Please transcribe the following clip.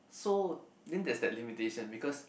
so then there's that limitation because